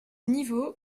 niveau